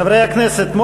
חברי הכנסת,